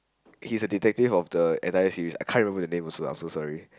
he's a detective of the entire series I can't remember the name also I'm so sorry